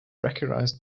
recognize